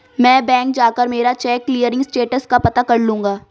मैं बैंक जाकर मेरा चेक क्लियरिंग स्टेटस का पता कर लूँगा